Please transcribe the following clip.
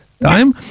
time